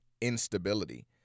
instability